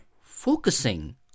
focusing